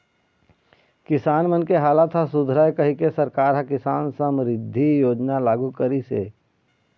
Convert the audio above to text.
किसान मन के हालत ह सुधरय कहिके सरकार ह किसान समरिद्धि योजना लागू करिस हे